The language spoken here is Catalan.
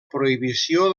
prohibició